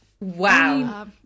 Wow